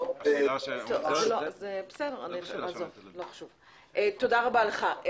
פעם --- תודה רבה לך.